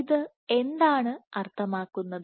ഇത് എന്താണ് അർത്ഥമാക്കുന്നത്